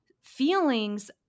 feelings